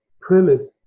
premise